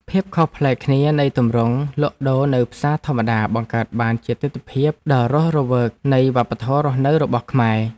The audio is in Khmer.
ភាពខុសប្លែកគ្នានៃទម្រង់លក់ដូរនៅផ្សារធម្មតាបង្កើតបានជាទិដ្ឋភាពដ៏រស់រវើកនៃវប្បធម៌រស់នៅរបស់ខ្មែរ។